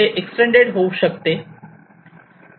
ते एक्सटेंड होऊ शकते